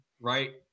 right